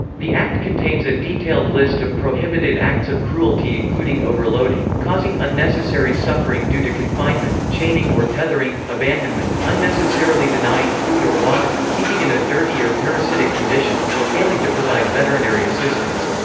the act contains a detailed list of prohibited acts of cruelty including overloading, causing unnecessary suffering due to confinement, chaining or tethering, abandonment, unnecessarily unnecessarily denying food or water, keeping in a dirty or parasitic condition, or failing to provide veterinary assistance.